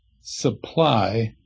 supply